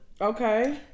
Okay